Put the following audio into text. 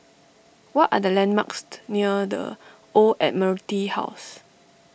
what are the landmarks near the Old Admiralty House